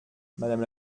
madame